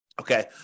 Okay